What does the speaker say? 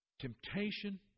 Temptation